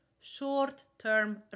short-term